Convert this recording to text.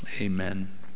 amen